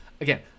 Again